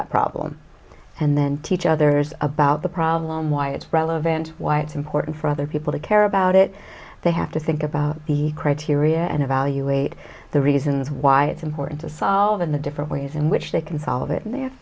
that problem and then teach others about the problem why it's relevant why it's important for other people to care about it they have to think about the criteria and evaluate the reasons why it's important to solve in the different ways in which they can solve it and they have